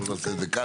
לא נעשה את זה כאן.